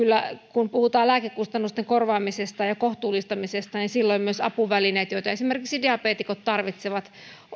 kun puhutaan lääkekustannusten korvaamisesta ja ja kohtuullistamisesta niin kyllä silloin täytyy mainita myös apuvälineet joita esimerkiksi diabeetikot tarvitsevat